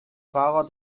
fahrer